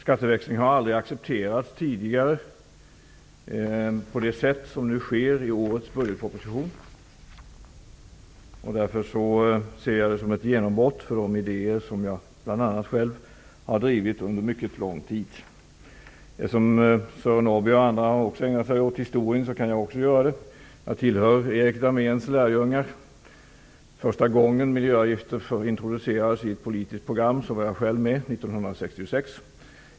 Skatteväxling har tidigare aldrig accepterats på det sätt som nu sker i årets budgetproposition. Därför ser jag det som ett genombrott för de idéer som jag bl.a. själv har drivit under mycket lång tid. Eftersom Sören Norrby m.fl. ägnade sig åt historien, kan jag också göra det. Jag tillhör Erik Dahméns lärljungar. Jag var själv med första gången miljöavgifter introducerades i ett politiskt mittenprogram år 1966.